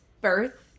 birth